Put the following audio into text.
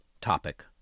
topic